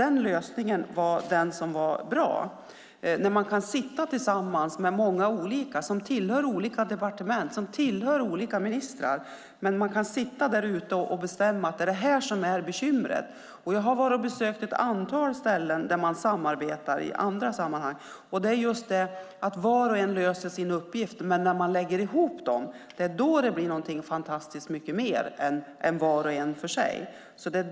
Den lösningen var bra. Det går att sitta tillsammans med många som representerar olika departement och ministrar och komma överens om vad som är bekymret. Jag har besökt ett antal ställen där man samarbetar i andra sammanhang. Var och en löser sin uppgift, men när man lägger ihop dem blir det något fantastiskt mycket mer än var och en för sig.